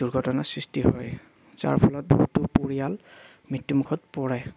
দুৰ্ঘটনাাৰ সৃষ্টি হয় যাৰ ফলত বহুতো পৰিয়াল মৃত্যুমুখত পৰে